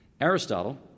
Aristotle